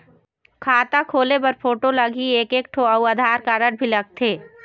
खाता खोले बर फोटो लगही एक एक ठो अउ आधार कारड भी लगथे?